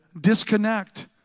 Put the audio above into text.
disconnect